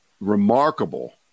remarkable